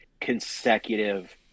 consecutive